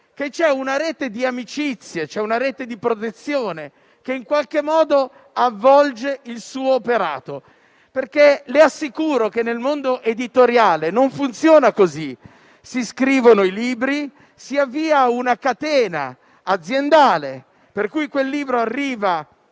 che c'è una rete di amicizie e di protezione che in qualche modo avvolge il suo operato. Le assicuro che nel mondo editoriale non funziona così; si scrivono i libri e si avvia una catena aziendale, per cui quel libro arriva